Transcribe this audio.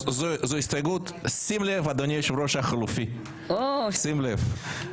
שים לב, אדוני היושב ראש החלופי, שים לב.